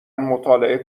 مطالعه